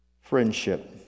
Friendship